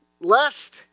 lest